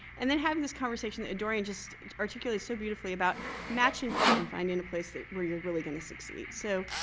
and then having this conversation that a'dorian just articulated so beautifully about match and fit and finding a place where you're really going to succeed. so,